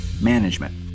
management